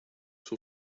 for